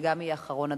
וגם יהיה אחרון הדוברים,